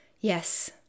Yes